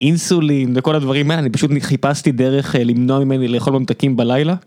אינסולין וכל הדברים האלה, אני פשוט חיפשתי דרך למנוע ממני לאכול במתקים בלילה.